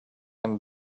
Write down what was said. him